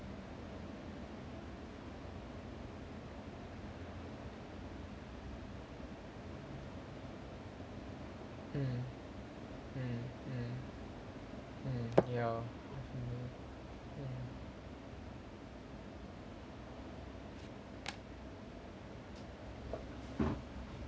mm mm mm mm ya mm mm